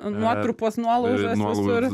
nuotrupos nuolaužos visur